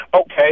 Okay